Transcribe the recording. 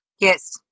Yes